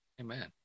Amen